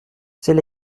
c’est